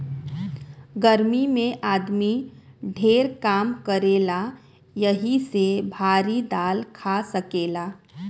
गर्मी मे आदमी ढेर काम करेला यही से भारी दाल खा सकेला